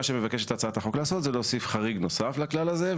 מה שהצעת החוק מבקשת לעשות זה להוסיף חריג נוסף לכלל הזה,